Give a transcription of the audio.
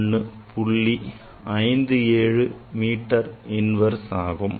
57 meter inverse ஆகும்